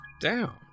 down